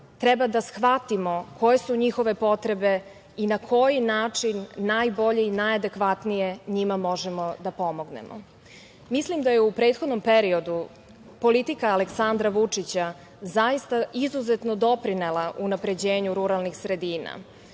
Treba da shvatimo koje su njihove potrebe i na koji način najbolje i najadekvatnije njima možemo da pomognemo. Mislim da je u prethodnom periodu politika Aleksandra Vučića zaista izuzetno doprinela unapređenju ruralnih sredina.